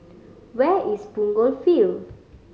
where is Punggol Field